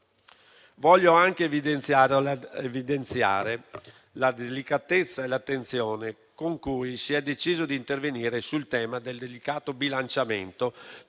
Voglio anche evidenziare la delicatezza e l'attenzione con cui si è deciso di intervenire sul tema del delicato bilanciamento